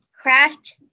craft